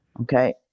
Okay